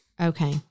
Okay